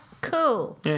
Cool